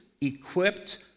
Equipped